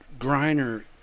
Griner